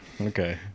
Okay